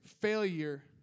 failure